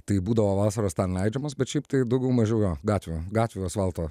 tai būdavo vasaros ten leidžiamos bet šiaip tai daugiau mažiau jo gatvių gatvių asfalto